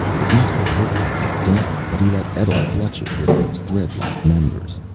it must have hurt like the devil, but he let etl clutch it with those thread-like members.